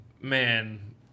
man